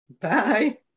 Bye